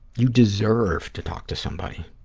you deserve to talk to somebody.